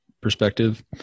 perspective